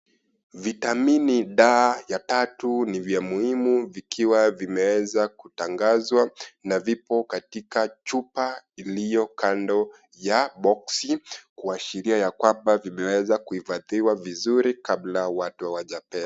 Vitamini D ya tatu ni vya muhimu vikiwa vimeweza kutangazwa, na vipo katika chupa iliyo kando ya boxi , kuashiria ya kwamba vimeweza kuhifadhiwa vizuri, kabla watu hawajapewa.